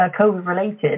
COVID-related